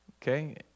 Okay